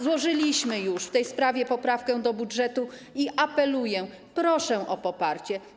Złożyliśmy już w tej sprawie poprawkę do budżetu i apeluję, proszę o poparcie.